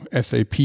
sap